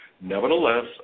Nevertheless